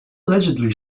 allegedly